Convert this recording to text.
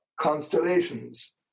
constellations